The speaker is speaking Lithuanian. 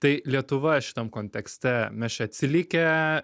tai lietuva šitam kontekste mes čia atsilikę